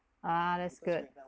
oh that's good